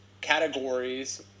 categories